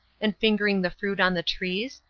and fingering the fruit on the trees,